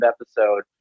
episode